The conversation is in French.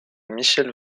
michel